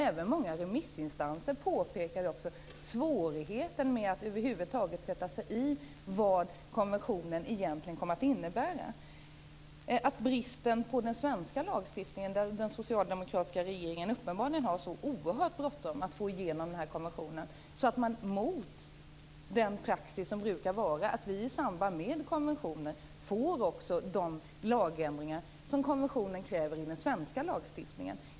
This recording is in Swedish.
Även många remissinstanser påpekar svårigheten med att över huvud taget sätta sig in i vad konventionen egentligen kommer att innebära. Det talas om bristen i den svenska lagstiftningen. Uppenbarligen har den socialdemokratiska regeringen så oerhört bråttom att få igenom konventionen att man går mot den praxis som brukar råda med att vi i samband med konventionen också får de lagändringar som konventionen kräver i den svenska lagstiftningen.